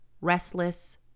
restless